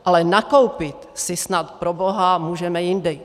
Ale nakoupit si snad proboha můžeme jindy.